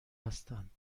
هستند